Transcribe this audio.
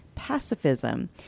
Pacifism